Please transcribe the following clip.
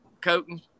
coating